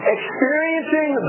Experiencing